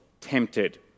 tempted